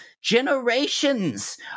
generations